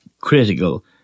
critical